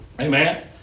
Amen